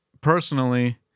personally